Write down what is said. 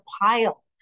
pile